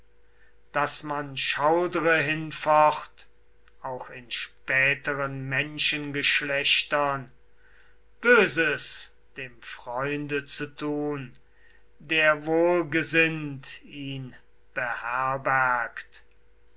daß man schaudre hinfort auch in späteren menschengeschlechtern böses dem freunde zu tun der wohlgesinnt ihn beherbergt